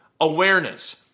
awareness